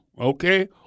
okay